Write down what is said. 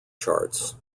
charts